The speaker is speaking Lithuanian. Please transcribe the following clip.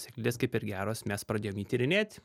sėklidės kaip ir geros mes pradėjom jį tyrinėt